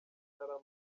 ntarama